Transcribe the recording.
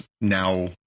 now